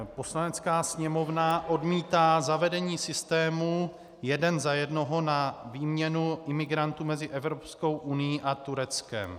Poslanecká sněmovna odmítá zavedení systému jeden za jednoho na výměnu imigrantů mezi Evropskou unií a Tureckem.